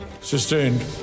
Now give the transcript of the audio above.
Sustained